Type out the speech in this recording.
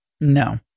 No